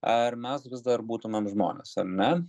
ar mes vis dar būtumėm žmonės ar ne